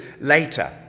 later